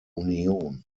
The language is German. union